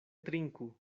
trinku